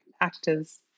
actors